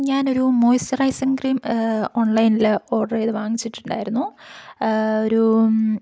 ഞാനൊരു moisturiser cream ഓൺലൈനിൽ order ചെയ്ത് വാങ്ങിച്ചിട്ടുണ്ടായിരുന്നു ഒരു